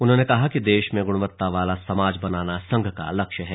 उन्होंने कहा कि देश में गुणवत्ता वाला समाज बनाना संघ का लक्ष्य है